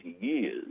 years